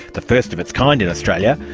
the first of its kind in australia,